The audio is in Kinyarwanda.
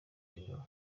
ibintu